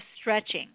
stretching